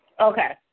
Okay